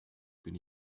bin